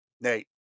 Nate